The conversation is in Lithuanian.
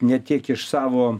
ne tiek iš savo